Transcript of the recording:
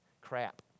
crap